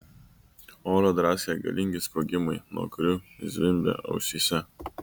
orą draskė galingi sprogimai nuo kurių zvimbė ausyse